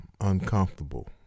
uncomfortable